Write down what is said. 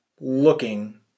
Looking